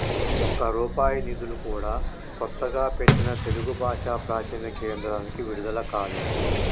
ఒక్క రూపాయి నిధులు కూడా కొత్తగా పెట్టిన తెలుగు భాషా ప్రాచీన కేంద్రానికి విడుదల కాలేదు